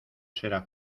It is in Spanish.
será